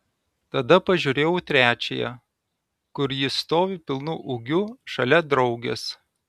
tada pažiūrėjau trečiąją kur ji stovi pilnu ūgiu šalia draugės